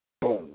Boom